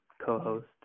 co-host